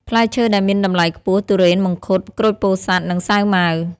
ផ្លែឈើដែលមានតម្លៃខ្ពស់ ធូរ៉េន មង្ឃុត ក្រូចពោធិ៍សាត់ និងសាវម៉ាវ។